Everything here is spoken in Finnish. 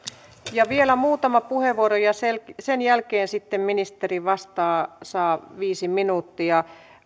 ja vielä muutama puheenvuoro ja sen jälkeen sitten ministeri vastaa saa viisi minuuttia